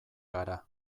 gara